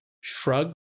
shrug